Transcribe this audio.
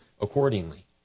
accordingly